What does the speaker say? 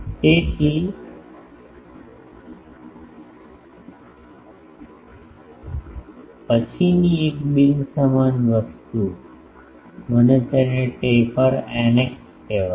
તેથી પછીની એક બિન સમાન વસ્તુ મને તેને ટેપર ηxtaper ηx કહેવા દો